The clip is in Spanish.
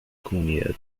comunidad